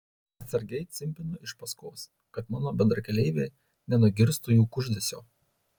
atsargiai cimpinu iš paskos kad mano bendrakeleivė nenugirstų jų kuždesio